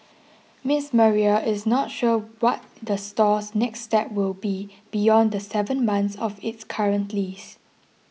Ms Maria is not sure what the store's next step will be beyond the seven months of its current lease